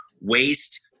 waste